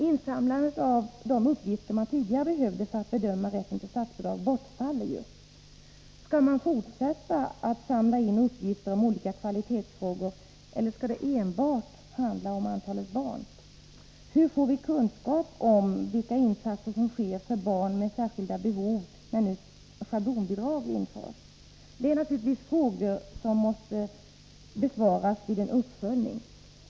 Insamlandet av de uppgifter som man tidigare behövde för att bedöma rätten till statsbidrag bortfaller. Skall man fortsätta att samla in uppgifter om olika kvalitetsfrågor, eller skall det enbart handla om antalet barn? Hur får vi kunskap om vilka insatser som sker för barn med särskilda behov när nu schablonbidrag införs? Det är frågor som naturligtvis måste besvaras vid en uppföljning.